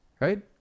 Right